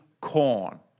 corn